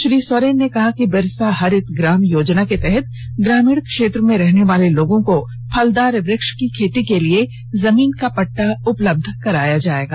श्री सोरेन ने कहा कि बिरसा हरित ग्राम योजना के तहत ग्रामीण क्षेत्र में रहनेवाले लोगों को फलदार वृक्ष की खेती के लिए जमीन का पट्टा उपलब्ध कराया जाएगा